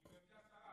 גברתי השרה,